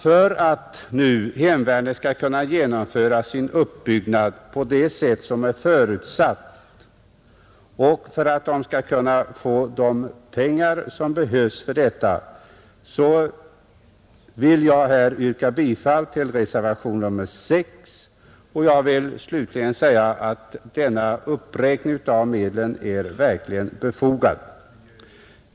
För att nu hemvärnet skall kunna genomföra sin uppbyggnad på det sätt som är förutsatt och för att man skall kunna få de pengar som behövs för detta kommer jag, om reservation 1 bifalles, att yrka bifall till reservation 6. Jag vill också säga att den föreslagna uppräkningen av medlen verkligen är befogad.